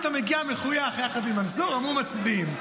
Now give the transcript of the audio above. פתאום הגיע מחויך יחד מנסור, אמרו: מצביעים.